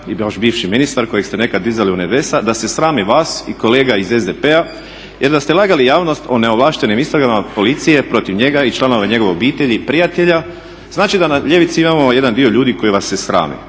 i vaš bivši ministar kojeg ste nekad dizali u nebesa da se srami vas i kolega iz SDP-a jer da ste lagali javnost o neovlaštenim istragama policije protiv njega i članova njegove obitelji i prijatelja. Znači da na ljevici imamo jedan dio ljudi koji vas se srame.